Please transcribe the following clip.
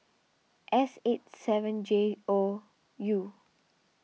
S eight seven J O U